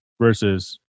versus –